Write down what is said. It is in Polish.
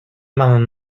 mam